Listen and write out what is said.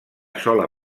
sola